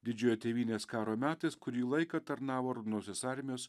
didžiojo tėvynės karo metais kurį laiką tarnavo raudonosios armijos